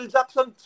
Jackson